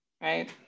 right